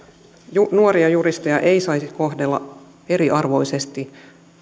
ja nuoria juristeja ei saisi kohdella eriarvoisesti